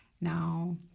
now